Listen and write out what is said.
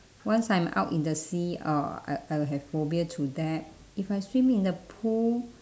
once I'm out in the sea I'll I I will have phobia to that if I swim in the pool